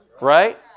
Right